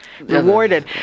rewarded